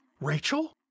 Rachel